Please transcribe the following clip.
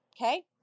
okay